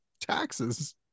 taxes